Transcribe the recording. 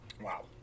Wow